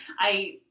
I-